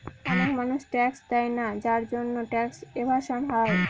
অনেক মানুষ ট্যাক্স দেয়না যার জন্যে ট্যাক্স এভাসন হয়